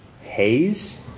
haze